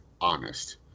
honest